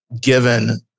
given